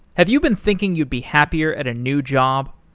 have you been thinking you'd be happier at a new job?